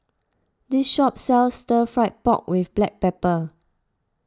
this shop sells Stir Fried Pork with Black Pepper